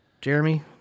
Jeremy